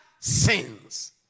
sins